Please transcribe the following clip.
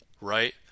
right